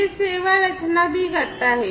यह सेवा रचना भी करता है